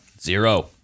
zero